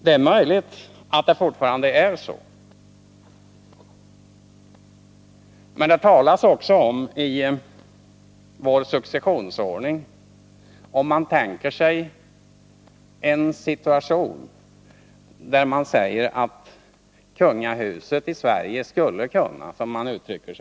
Det är möjligt att det fortfarande är så. I vår successionsordning tänker man sig att den situationen kan uppstå att kungahuset i Sverige skulle kunna utslockna, som man säger.